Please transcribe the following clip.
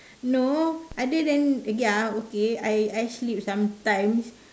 no other than ya okay I I sleep sometimes